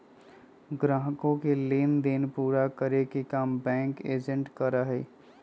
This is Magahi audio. ग्राहकों के लेन देन पूरा करे के काम बैंक एजेंट करा हई